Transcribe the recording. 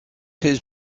his